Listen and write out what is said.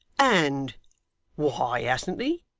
and why hasn't he